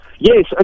Yes